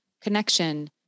connection